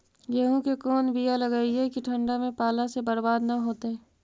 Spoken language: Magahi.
गेहूं के कोन बियाह लगइयै कि ठंडा में पाला से बरबाद न होतै?